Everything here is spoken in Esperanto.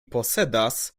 posedas